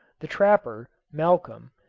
the trapper, malcolm,